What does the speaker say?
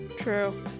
True